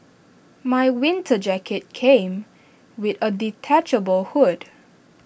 my winter jacket came with A detachable hood